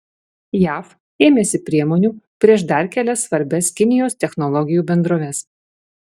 jav ėmėsi priemonių prieš dar kelias svarbias kinijos technologijų bendroves